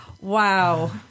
Wow